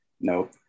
Nope